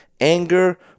anger